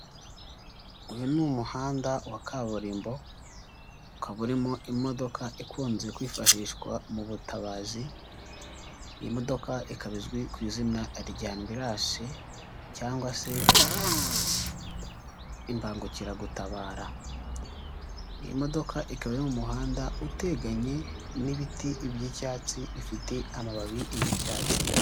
Uyu ni umuhanda wa kaburimbo ukaba urimo imodoka ikunze kwifashishwa mu butabazi, iyi modoka ikaba izwi ku izina rya ambilanse cyangwa se imbangukiragutabara, iyi modoka ikaba iri mu muhanda uteganye n'ibiti by'icyatsi bifite amababi y'icyatsi.